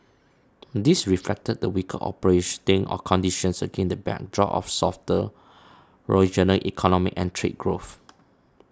this reflected the weaker operating conditions against the backdrop of softer regional economic and trade growth